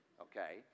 okay